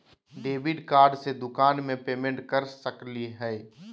Debit card से दुकान में पेमेंट कर सकली हई?